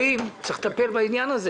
וצריך לטפל בזה.